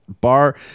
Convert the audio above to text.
bar